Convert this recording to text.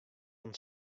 fan